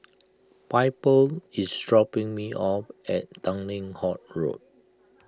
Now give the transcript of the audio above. Piper is dropping me off at Tanglin Halt Road